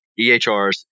EHRs